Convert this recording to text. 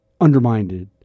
undermined